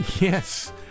yes